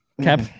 Cap